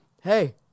hey